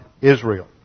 Israel